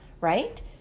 right